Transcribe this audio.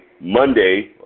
Monday